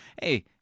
hey